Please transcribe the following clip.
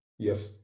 Yes